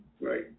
Right